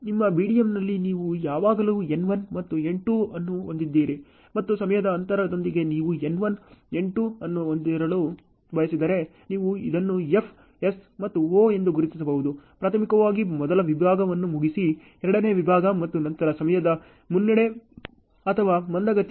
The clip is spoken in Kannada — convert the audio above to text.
ನಿಮ್ಮ BDMನಲ್ಲಿ ನೀವು ಯಾವಾಗಲೂ ಎನ್ 1 ಮತ್ತು ಎನ್ 2 ಅನ್ನು ಹೊಂದಿದ್ದೀರಿ ಮತ್ತು ಸಮಯದ ಅಂತರದೊಂದಿಗೆ ನೀವು ಎನ್ 1 ಎನ್ 2 ಅನ್ನು ಹೊಂದಲು ಬಯಸಿದರೆ ನೀವು ಇದನ್ನು F ಎಸ್ ಮತ್ತು ಒ ಎಂದು ಗುರುತಿಸಬಹುದು ಪ್ರಾಥಮಿಕವಾಗಿ ಮೊದಲ ವಿಭಾಗವನ್ನು ಮುಗಿಸಿ ಎರಡನೇ ವಿಭಾಗ ಮತ್ತು ನಂತರ ಸಮಯದ ಮುನ್ನಡೆ ಅಥವಾ ಮಂದಗತಿ